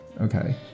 Okay